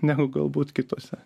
negu galbūt kitose